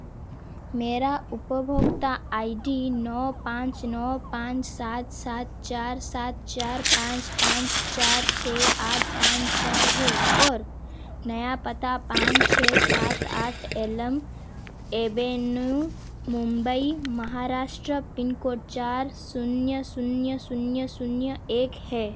मेरा उपभोक्ता I D नौ पाँच नौ पाँच सात सात चार सात चार पाँच पाँच चार छः आठ पाँच चार है ओर नया पता पाँच छः सात आठ Elm Avenue Mumbai Maharashtra pin code चार शून्य शून्य शून्य शून्य एक है